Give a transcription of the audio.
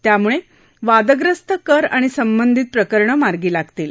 त्यामुळबादग्रस्त कर आणि संबंधित प्रकरणं मार्गी लागतील